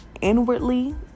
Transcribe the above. inwardly